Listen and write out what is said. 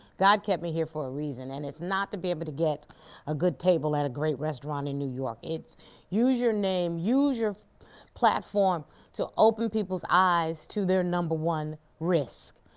god kept me here for a reason and it's not to be able to get a good table at a great restaurant in new york, it's use your name, use your platform to open people's eyes to their number one risk.